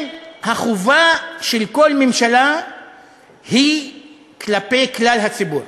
החובה של כל ממשלה היא כלפי כלל הציבור,